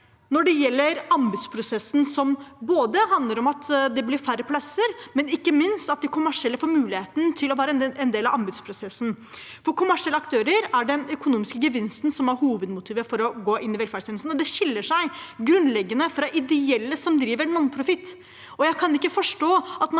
når det gjelder anbudsprosessen, handler det ikke bare om at det blir færre plasser, men ikke minst også om at de kommersielle får muligheten til å være en del av anbudsprosessen. For kommersielle aktører er det den økonomiske gevinsten som er hovedmotivet for å gå inn i velferdstjenestene. De skiller seg grunnleggende fra ideelle, som driver nonprofit. Jeg kan ikke forstå at man